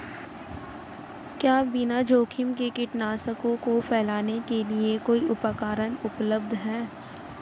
क्या बिना जोखिम के कीटनाशकों को फैलाने के लिए कोई उपकरण उपलब्ध है?